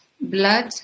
blood